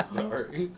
sorry